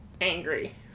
angry